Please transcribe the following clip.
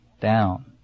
down